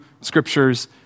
scriptures